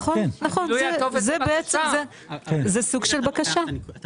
נכון נכון, זה בעצם זה סוג של בקשה, אתה